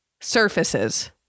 Surfaces